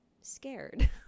scared